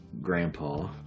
grandpa